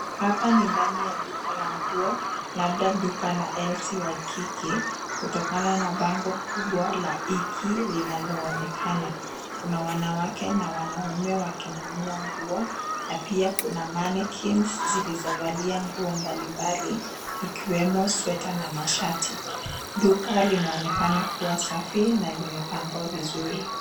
Hapa ni ndani ya duka la nguo, labda duka la LC Waikiki kutokana na bango kubwa la Waikiki linaloonekana. Kuna wanawake na wanaume wakinunua nguo na pia kuna mannequins zilizovalia nguo mbalimbali ikiwemo sweta na mashati. Duka linaonekana kuwa safi na limepangwa vizuri.